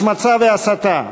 השמצה והסתה,